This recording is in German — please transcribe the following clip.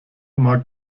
mag